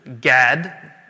Gad